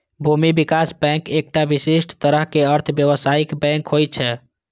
भूमि विकास बैंक एकटा विशिष्ट तरहक अर्ध व्यावसायिक बैंक होइ छै